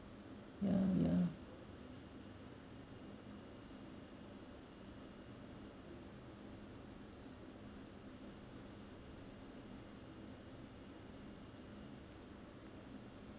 ya ya